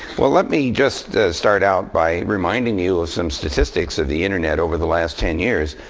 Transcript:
well, let me just start out by reminding you of some statistics of the internet over the last ten years.